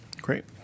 great